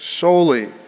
solely